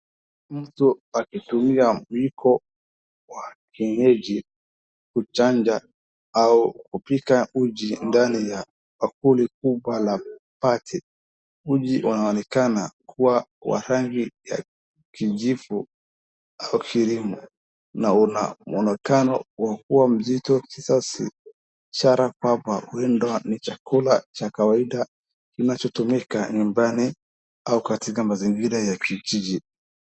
Mtu akitumia mwiko wa kienyenyi kuchanja au kupika uji ndani ya bakuli kubwa la pate uji unaonekana kuwa wa rangi ya kijivu au krimu na una mwonekana wa kuwa mzito kiasi ishara kwamba windo ni chakula cha kawaida inachotumika nyumbani au katika mazingira ya kijiji .